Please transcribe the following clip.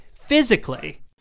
physically